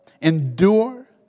endure